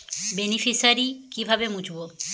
Beneficiary কিভাবে মুছব?